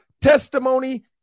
testimony